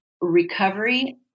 recovery